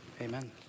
Amen